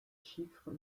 chiffre